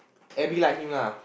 Abby like him lah